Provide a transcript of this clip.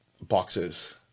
Boxes